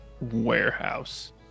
warehouse